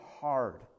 hard